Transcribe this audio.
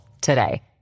today